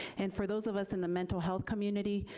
and for those of us in the mental health community,